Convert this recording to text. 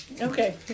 Okay